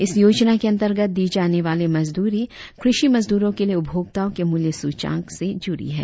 इस योजना के अंतर्गत दी जाने वाली मजदूरी कृषि मजदूरों के लिए उपभोक्ताओं के मूल्य सूचकांक से जुड़ी है